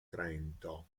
trento